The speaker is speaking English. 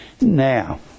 Now